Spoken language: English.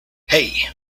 hey